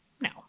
No